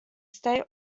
state